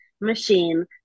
machine